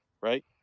right